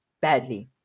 badly